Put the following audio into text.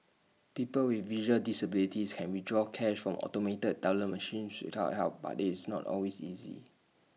people with visual disabilities can withdraw cash from automated teller machines without help but IT is not always easy